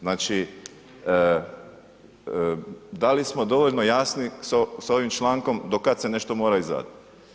Znači, da li smo dovoljno jasni s ovim člankom do kad se nešto mora izradit?